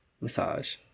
Massage